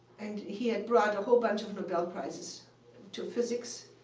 and he had brought a whole bunch of nobel prizes to physics.